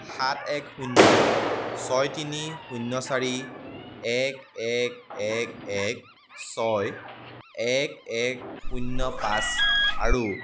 সাত এক শূন্য ছয় তিনি শূন্য চাৰি এক এক এক এক ছয় এক এক শূন্য পাঁচ আৰু